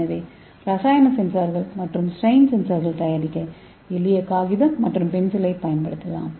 எனவே ரசாயன சென்சார்கள் மற்றும் ஸ்ட்ரெய்ன் சென்சார்கள் தயாரிக்க எளிய காகிதம் மற்றும் பென்சிலைப் பயன்படுத்தலாம்